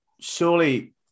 surely